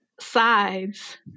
sides